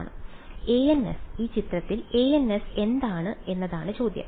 ans ഈ ചിത്രത്തിൽ ans എന്താണ് എന്നതാണ് ചോദ്യം